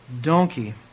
donkey